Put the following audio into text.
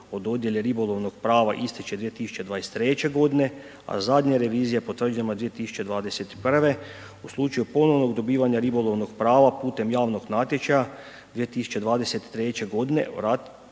o dodjeli ribolovnog prava ističe 2023. godine a zadnja revizija je potvrđena 2021. U slučaju ponovnog dobivanja ribolovnog prava putem javnog natječaja 2023. godine